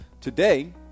Today